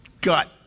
gut